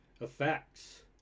effects